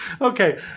Okay